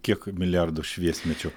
kiek milijardų šviesmečių